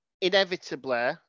inevitably